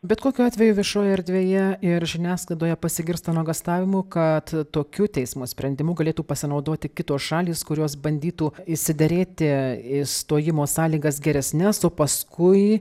bet kokiu atveju viešojoje erdvėje ir žiniasklaidoje pasigirsta nuogąstavimų kad tokiu teismo sprendimu galėtų pasinaudoti kitos šalys kurios bandytų išsiderėti išstojimo sąlygas geresnes o paskui